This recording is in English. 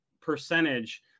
percentage